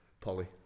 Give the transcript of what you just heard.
Polly